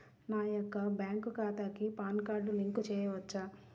నా యొక్క బ్యాంక్ ఖాతాకి పాన్ కార్డ్ లింక్ చేయవచ్చా?